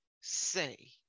say